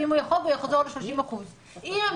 אם הוא יחרוג, הוא יחזור ל-30%.